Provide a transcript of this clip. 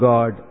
God